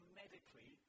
medically